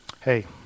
Hey